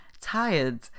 tired